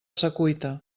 secuita